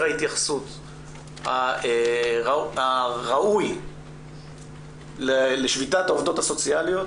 ההתייחסות הראוי לשביתת העובדות הסוציאליות